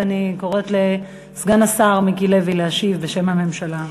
ואני קוראת לסגן השר מיקי לוי להשיב בשם הממשלה.